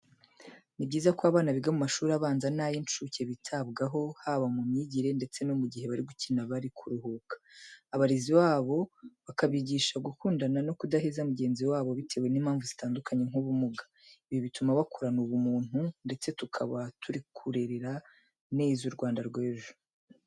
Ni byiza ko abana biga mu mashuri abanza n'ay'inshuke bitabwaho, haba mu myigire ndetse no mu gihe bari gukina bari kuruhuka. Abarezi babo bakabigisha gukundana no kudaheza mugenzi wabo bitewe n'impamvu zitandukanye nk'ubumuga. Ibi bituma bakurana ubumuntu ndetse tukaba turi kurera neza u Rwanda rw'ejo.